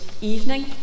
evening